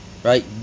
right